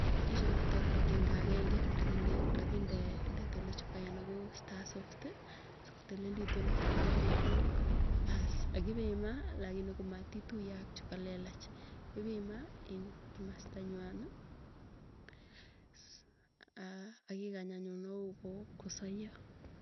Uchurukte kwagenge agenge, akinde, akinde detal ichukai ana koo star soft, sikotililitun ngoroik kuuk. Baas akipemaa, lakini komatituiye ak chukalelach ipimaa ing kimasta nywani akikany anyun akoi kosaya.